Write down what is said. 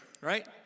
right